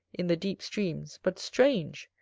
in the deep streams, but, strange!